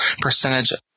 percentage